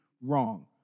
wrong